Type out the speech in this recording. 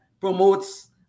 promotes